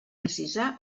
precisar